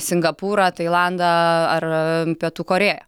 singapūrą tailandą ar pietų korėją